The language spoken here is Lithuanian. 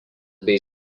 bei